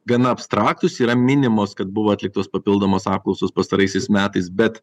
gana abstraktūs yra minimos kad buvo atliktos papildomos apklausos pastaraisiais metais bet